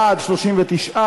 העונשין (תיקון,